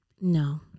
No